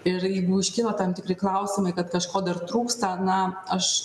ir jeigu iškyla tam tikri klausimai kad kažko dar trūksta na aš